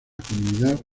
comunidad